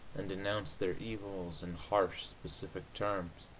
and denounced their evils in harsh, specific terms.